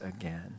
again